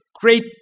great